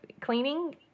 cleaning